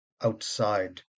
outside